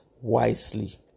wisely